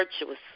virtuous